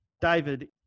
David